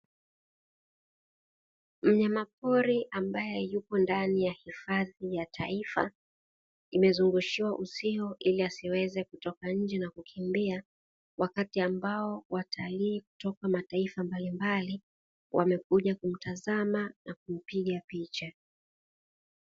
Mnyamapori ambae yupo ndani ya hifadhi ya taifa, imezungushiwa uzio ili asiweze kutoka nje na kukimbia, wakati ambao watalii kutoka mataifa mbalimbali ,wamekuja kumtazama na kumpiga picha.